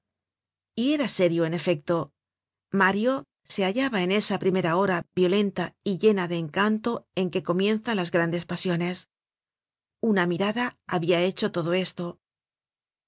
era serio en efecto mario se hallaba en esa primera hora violenta y llena de encanto en que comienzan las grandes pasiones una mirada habia hecho todo esto